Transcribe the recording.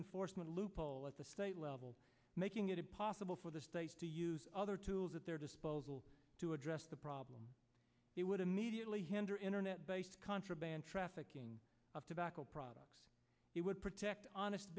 enforcement loophole at the state level making it impossible for the states to use other tools at their disposal to address the problem it would immediately hinder internet contraband trafficking of tobacco products it would protect honest